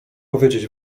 powiedzieć